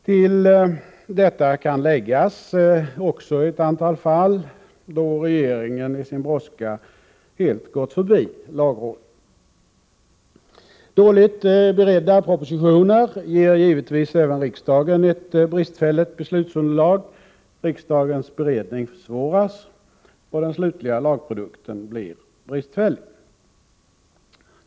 Till detta kan läggas ett antal fall då regeringen i sin brådska helt gått förbi lagrådet. Dåligt beredda propositioner ger givetvis även riksdagen ett bristfälligt beslutsunderlag; riksdagens beredning försvåras och den slutliga lagprodukten blir bristfällig.